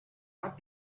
much